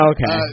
Okay